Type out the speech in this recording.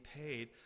paid